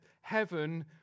heaven